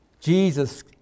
Jesus